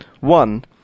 One